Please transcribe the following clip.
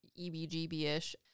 EBGB-ish